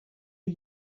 are